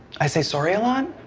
i say sorry a lot.